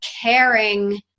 caring